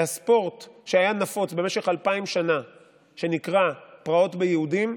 שהספורט שהיה נפוץ במשך אלפיים שנה שנקרא "פרעות ביהודים"